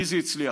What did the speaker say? לי זה הצליח,